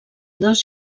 dos